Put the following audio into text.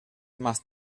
más